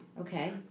Okay